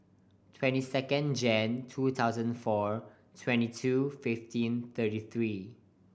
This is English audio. twenty second Jan two thousand four twenty two fifteen thirty three